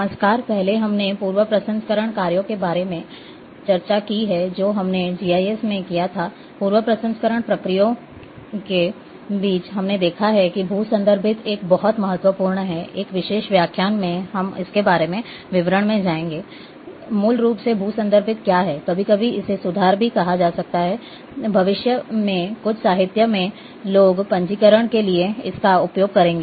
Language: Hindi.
मूल रूप से भू संदर्भित क्या है कभी कभी इसे सुधार भी कहा जाता है भविष्य में कुछ साहित्य में लोग पंजीकरण के लिए इसका उपयोग करेंगे